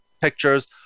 pictures